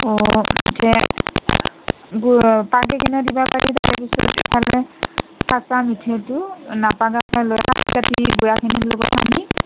গুৰ পাগাই কিনে দিব পাৰি তাৰ পিছত সিফালে কাটা মিঠেইটো নাপাগাকে লৈ গুড়াখিনিৰ লগত সানি